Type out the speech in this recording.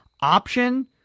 option